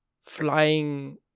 flying